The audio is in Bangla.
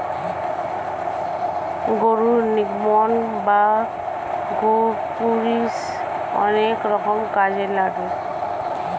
গরুর নির্গমন বা গোপুরীষ অনেক রকম কাজে লাগে